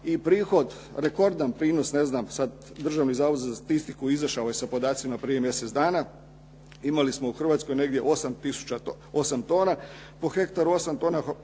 i prihod, rekordan prinos ne znam sad Državni zavod za statistiku izašao je sa podacima prije mjesec dana. Imali smo u Hrvatskoj negdje 8000, 8 tona po hektaru, 8 tona